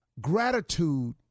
Gratitude